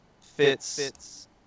fits